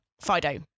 Fido